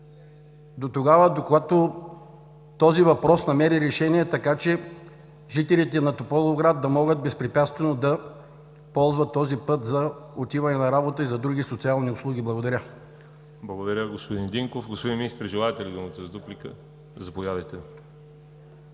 до тогава, до когато този въпрос намери решение, така че жителите на Тополовград да могат безпрепятствено да ползват този път за отиване на работа и за други социални услуги. Благодаря. ПРЕДСЕДАТЕЛ ВАЛЕРИ ЖАБЛЯНОВ: Благодаря, господин Динков. Господин Министър, желаете ли думата за дуплика? Заповядайте.